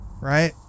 right